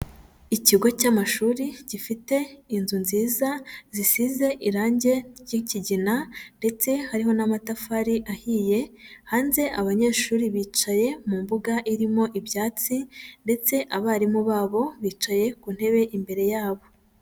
Ikigo cy'amashuri gifite inzu nziza zisize irange ry'ikigina ndetse harimo n'amatafari ahiye, hanze abanyeshuri bicaye mu mbuga irimo ibyatsi ndetse abarimu babo bicaye ku ntebe imbere yabo.